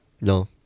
no